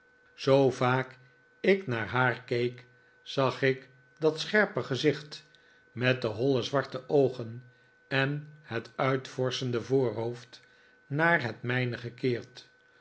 zoo vaak ik naar haar keek zag ik dat scherpe gezicht met de holle zwarte oogen en het uitvorschende voorhoofd naar het mijne gekeerd